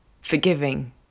forgiving